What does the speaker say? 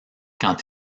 quand